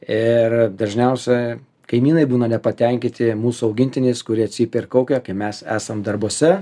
ir dažniausia kaimynai būna nepatenkinti mūsų augintiniais kurie cypia ir kaukia kai mes esam darbuose